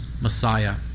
Messiah